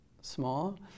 small